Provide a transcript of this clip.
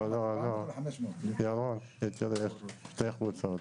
לא, ירון, בעצם יש שתי קבוצות.